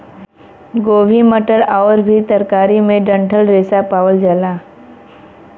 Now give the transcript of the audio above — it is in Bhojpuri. गोभी मटर आउर भी तरकारी में डंठल रेशा पावल जाला